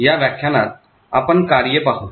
या व्याख्यानात आपण कार्ये पाहू